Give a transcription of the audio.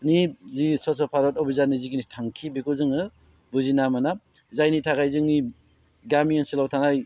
नि जे स्वच्च भारत अभिजाननि जिखिनि थांखि बेखौ जोङो बुजिना मोना जायनि थाखाय जोंनि गामि ओनसोलाव थानाय